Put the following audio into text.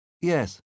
yes